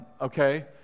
Okay